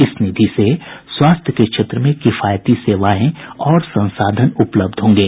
इस निधि से स्वास्थ्य के क्षेत्र में किफायती सेवाएं और संसाधन उपलब्ध होंगे